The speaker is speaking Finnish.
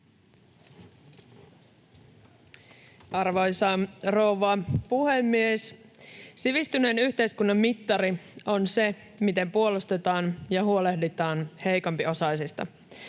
Arvoisa rouva puhemies! Sivistyneen yhteiskunnan mittari on se, miten puolustetaan ja huolehditaan heikompiosaisista.